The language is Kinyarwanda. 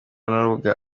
n’urubuga